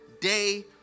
day